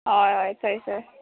हय हय थंयसर